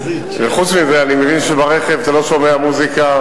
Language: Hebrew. חוץ מזה, אני מבין שברכב אתה לא שומע מוזיקה,